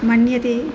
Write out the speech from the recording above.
मन्यते